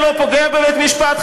זה לא פוגע בבית-המשפט,